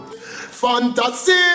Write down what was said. Fantasy